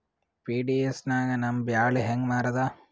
PDS ನಾಗ ನಮ್ಮ ಬ್ಯಾಳಿ ಹೆಂಗ ಮಾರದ?